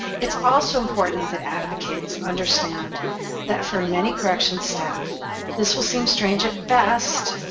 it's also important that advocates understand that for many corrections staff this will seem strange, at best,